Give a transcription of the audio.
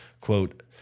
Quote